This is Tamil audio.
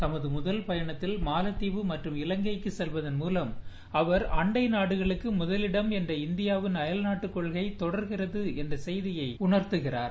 தமது முதல் பயணத்தில் மாலத்தீவு மற்றும் இவங்கைக்கு செல்வதன்மூலம் அவர் அண்டை நாடுகளுக்கு முதலிடம் என்ற இந்தியாவின் அயல்நாட்டு கொள்கை தொடர்கிறது என்ற செய்தியை உணர்த்துகிறார்